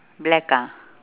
black ah